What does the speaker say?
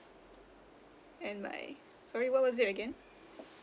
and my sorry what was it again